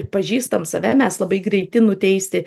pažįstam save mes labai greiti nuteisti